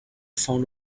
found